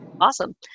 Awesome